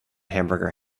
hamburger